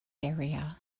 area